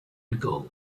gold